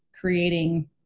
creating